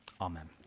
Amen